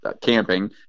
camping